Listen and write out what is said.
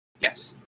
Yes